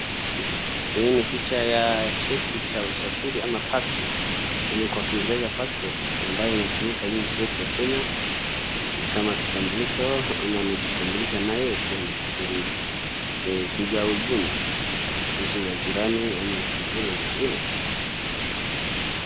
Hiyo ni picha ya cheti cha usafiri ama pasi yaani kwa kiingereza passport ambaye inatumika hii nchi yetu ya Kenya nikama kitambulisho ama amejitambulisha naye ukiwa unasafiri ughaibuni, nchi za jirani ama nchi zile zingine.